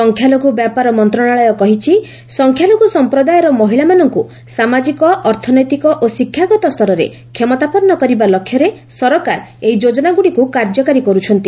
ସଂଖ୍ୟାଲଘ୍ର ବ୍ୟାପାର ମନ୍ତ୍ରଣାଳୟ କହିଛି ସଂଖ୍ୟାଲଘ୍ର ସଂପ୍ରଦାୟର ମହିଳାମାନଙ୍କ ସାମାଜିକ ଅର୍ଥନୈତିକ ଓ ଶିକ୍ଷାଗତ ସ୍ତରରେ କ୍ଷମତାପନ୍ କରିବା ଲକ୍ଷ୍ୟରେ ସରକାର ଏହି ଯୋଜନାଗୁଡ଼ିକୁ କାର୍ଯ୍ୟକାରୀ କରୁଛନ୍ତି